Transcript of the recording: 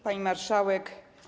Pani Marszałek!